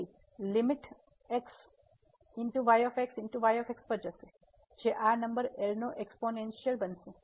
તેથી limit x પર જશે જે આ નંબર L નો એક્સપોનેનસિયલ બનશે